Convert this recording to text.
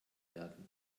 werden